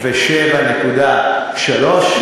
67.3,